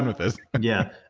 ah this yeah.